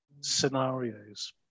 scenarios